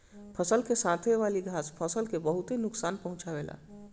फसल के साथे वाली घास फसल के बहुत नोकसान पहुंचावे ले